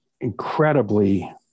incredibly